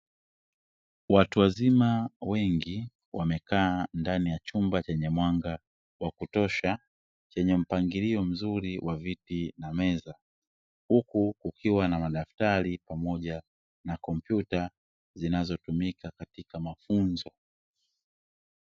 Watu wazima wengi wamekaa ndani ya chumba chenye mwanga wa kutosha. Chenye mpangilio mzuri wa viti na meza. Huku kukiwa na madaftari pamoja na kompyuta zinazotumika katika mafunzo.